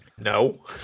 no